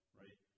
right